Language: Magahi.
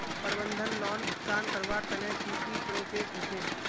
प्रबंधन लोन भुगतान करवार तने की की प्रोसेस होचे?